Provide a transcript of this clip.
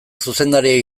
zuzendaria